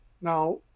Now